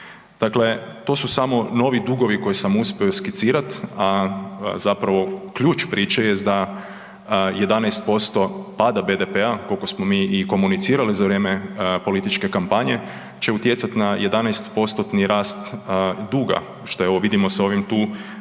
Dakle, to su samo novi dugovi koje sam uspio skricirat, a zapravo ključ priče jest da 11% pada BDP-a koliko smo mi i komunicirali za vrijeme političke kampanje će utjecati na 11%-ni rast duga što vidimo sa ovim tu